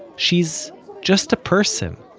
she's just a person,